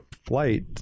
flight